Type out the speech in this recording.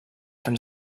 from